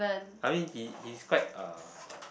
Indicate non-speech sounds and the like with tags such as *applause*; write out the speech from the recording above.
I think he he's quite uh *noise*